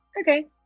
Okay